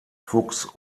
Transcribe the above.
fuchs